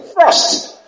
first